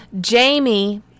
Jamie